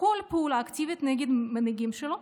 כל פעולה אקטיבית נגד המנהיגים שלו,